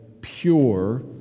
pure